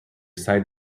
side